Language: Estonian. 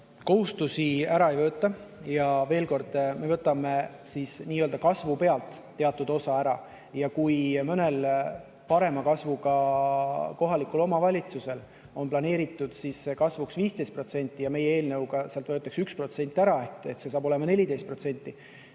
Kohustusi ära ei võeta. Veel kord, me võtame nii-öelda kasvust teatud osa ära. Kui mõnel parema kasvuga kohalikul omavalitsusel on planeeritud kasvuks 15% ja meie eelnõuga sealt võetakse 1% ära, siis see kasv saab olema 14%.